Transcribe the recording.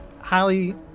highly